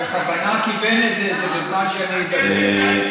הוא בכוונה כיוון את זה לזמן שאני אדבר.